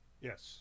Yes